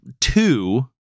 two